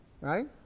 Right